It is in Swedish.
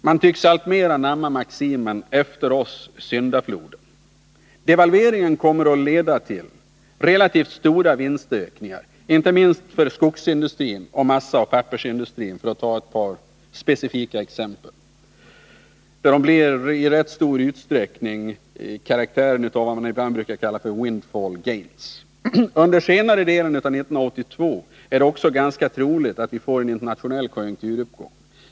Man tycks alltmera anamma maximen ”efter oss syndafloden”. Devalveringen kommer att leda tillrelativt stora vinstökningar, inte minst för skogsindustrin samt massaoch pappersindustrin, för att ta ett par specifika exempel. De ger i rätt stor utsträckning karaktären av vad man ibland brukar kalla för windfall gains. Under senare delen av 1982 är det också ganska troligt att vi får en internationell konjunkturuppgång.